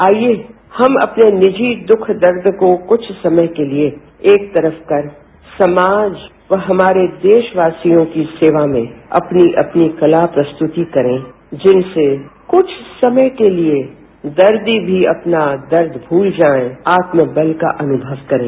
आइए हम अपने निजी दुख दर्द को कुछ समय के लिए एक तरफ कर समाज व हमारे देशवासियों की सेवा में अपनी अपनी कला प्रस्तुति करें जिनसे कुछ समय के लिए दर्दी भी अपना दर्द भूल जाएं व आत्मबल का अनुभव करें